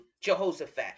Jehoshaphat